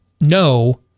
no